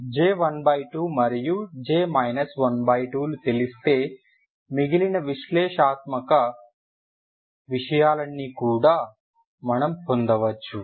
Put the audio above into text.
J12 మరియు J 12 లు తెలిస్తే మిగిలిన విశ్లేషణాత్మక విషయాలన్నీ కూడా మనం పొందవచ్చు